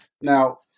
Now